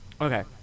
okay